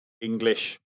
English